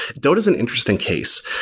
dota is an interesting case,